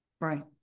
Right